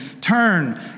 turn